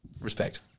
respect